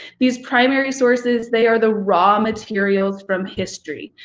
these primary sources, they are the raw materials from history.